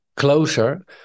Closer